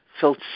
felt